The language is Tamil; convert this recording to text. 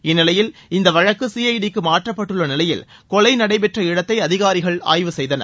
இந்நிலையில் இந்த வழக்கு சிஐடி க்கு மாற்றப்பட்டுள்ள நிலையில் கொலை நடைபெற்ற இடத்தை அதிகாரிகள் ஆய்வுசெய்தனர்